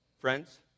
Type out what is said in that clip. friends